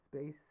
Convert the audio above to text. space